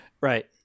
Right